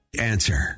Answer